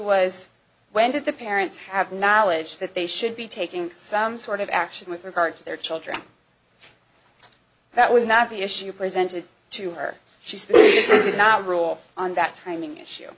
was when did the parents have knowledge that they should be taking some sort of action with regard to their children that was not the issue presented to her she did not rule on that timing issue